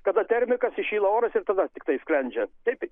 kada termikas įšyla oras ir dabar tiktai sklendžia taip